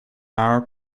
hour